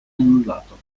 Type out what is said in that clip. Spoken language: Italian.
annullato